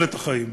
ובתוחלת החיים.